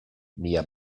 mia